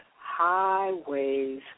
highways